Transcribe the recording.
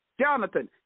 Jonathan